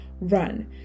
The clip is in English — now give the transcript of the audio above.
run